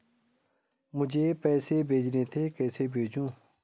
मुझे पैसे भेजने थे कैसे भेजूँ?